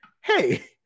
hey